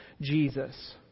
Jesus